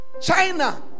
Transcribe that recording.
China